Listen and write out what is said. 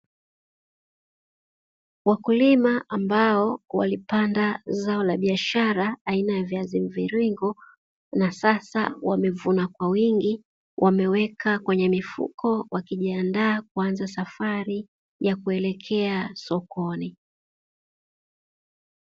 Wakulima ambao walipanda zao la biashara aina ya viazi mviringo na sasa wamevuna kwa wingi, wameweka kwenye mifuko wakijiandaa kuanza safari ya kuelekea sokoni.